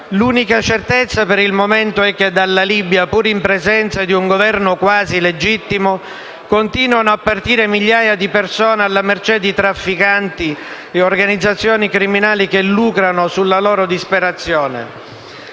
L'unica certezza, per il momento, è che dalla Libia, pur in presenza di un Governo quasi legittimo, continuano a partire migliaia di persone alla mercé di trafficanti e organizzazioni criminali che lucrano sulla loro disperazione.